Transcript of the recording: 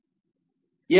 9322